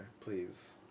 please